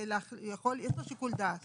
יש לו שיקול דעת,